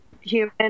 human